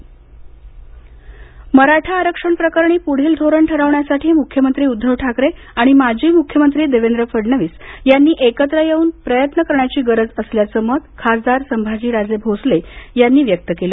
संभाजीराजे मराठा आरक्षण प्रकरणी पुढील धोरण ठरवण्यासाठी मुख्यमंत्री उद्धव ठाकरे आणि माजी मुख्यमंत्री देवेंद्र फडणवीस यांनी एकत्र येऊन प्रयत्न करण्याची गरज असल्याचं मत खासदार संभाजी राजे भोसले यांनी व्यक्त केलं